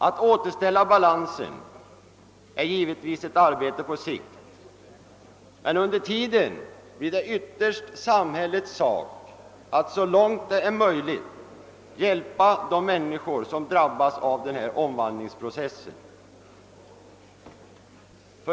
Att återställa balansen är givetvis ett arbete på sikt, men under tiden som det pågår blir det ytterst samhällets sak att så långt det är möjligt hjälpa de människor som drabbas av omvandlingsprocessen.